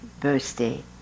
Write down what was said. birthday